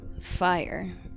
fire